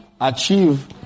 achieve